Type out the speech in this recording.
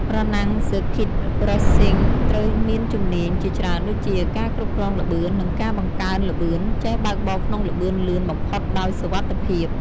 ប្រណាំង ស៊ើរឃីត រេសស៊ីង (Circuit Racing) ត្រូវមានជំនាញជាច្រើនដូចជា ការគ្រប់គ្រងល្បឿន និងការបង្កើនល្បឿន: ចេះបើកបរក្នុងល្បឿនលឿនបំផុតដោយសុវត្ថិភាព។